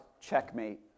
checkmate